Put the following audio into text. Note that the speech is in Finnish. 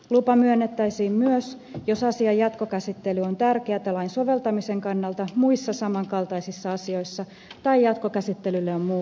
lupa myönnettäisiin myös jos asian jatkokäsittely on tärkeätä lain soveltamisen kannalta muissa saman kaltaisissa asioissa tai jatkokäsittelylle on muu painava syy